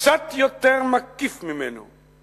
קצת יותר מקיף ממנו,